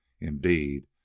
Indeed